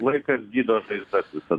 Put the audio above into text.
laikas gydo žaizdas visada